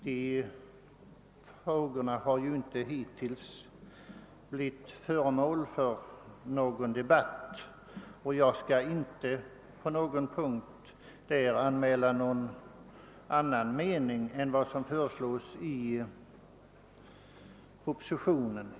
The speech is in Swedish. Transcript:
Dessa frågor har hittills inte varit föremål för någon debatt, och jag skall inte på någon punkt anmäla någon annan mening än den som uttryckts i propositiohen.